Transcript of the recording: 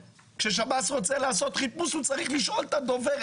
כששב"ס רוצה לעשות חיפוש הוא צריך לשאול את הדובר.